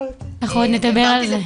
אנחנו עוד נדבר על זה.